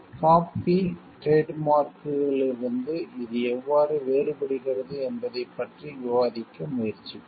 coffee trade மார்க்குகளிலிருந்து இது எவ்வாறு வேறுபடுகிறது என்பதைப் பற்றி விவாதிக்க முயற்சிப்போம்